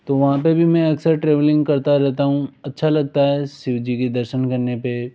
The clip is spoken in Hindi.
तो वहाँ पर भी मै अक्सर ट्रैवलिंग करता हूँ अच्छा लगता है शिव जी के दर्शन करने पर